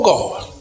God